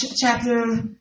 chapter